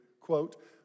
quote